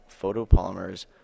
photopolymers